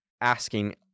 asking